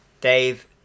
Dave